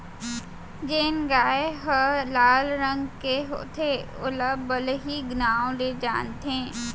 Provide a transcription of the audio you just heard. जेन गाय ह लाल रंग के होथे ओला बलही नांव ले जानथें